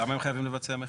למה הם חייבים לבצע מכירה?